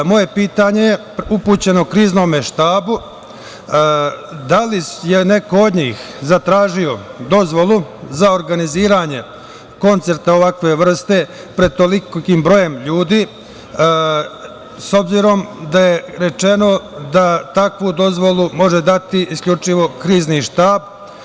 Moje pitanje je upućeno Kriznom štabu – da li je neko od njih zatražio dozvolu za organizovanje koncerta ovakve vrste pred tolikim brojem ljudi, s obzirom da je rečeno da takvu dozvolu može dati isključivo Krizni štab?